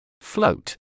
float